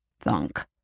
thunk